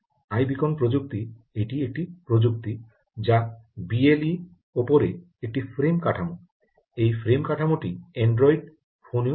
iBeacon প্রযুক্তি এটি একটি প্রযুক্তি যা বিএলই উপরে একটি ফ্রেম কাঠামো এই ফ্রেম কাঠামোটি অ্যান্ড্রয়েড ফোনেও কাজ করে